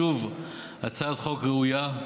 שוב הצעת חוק ראויה.